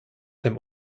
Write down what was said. dem